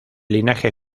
linaje